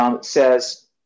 says